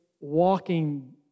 walking